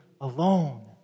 alone